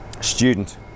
student